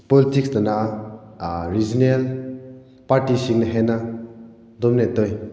ꯄꯣꯂꯤꯇꯤꯛꯁꯇꯅ regional ꯄꯥꯔꯇꯤꯁꯤꯡꯅ ꯍꯦꯟꯅ dominate ꯇꯧꯏ